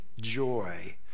joy